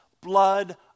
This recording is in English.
blood